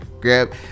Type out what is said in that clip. grab